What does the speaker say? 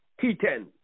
T10